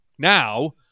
Now